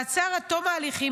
מעצר עד תום ההליכים,